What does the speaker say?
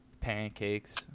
pancakes